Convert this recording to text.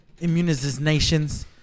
immunizations